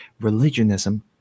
Religionism